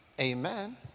Amen